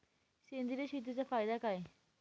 सेंद्रिय शेतीचा फायदा काय?